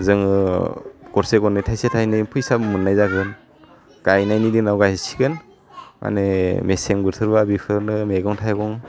जोङो गरसे गरनै थाइसे थाइनै फैसा मोन्नाय जागोन गायनायनि दिनाव गायसिगोन माने मेसें बोथोरबा बेखौनो मैगं थाइगं